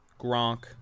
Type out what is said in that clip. Gronk